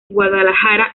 guadalajara